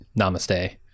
Namaste